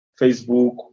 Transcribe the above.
Facebook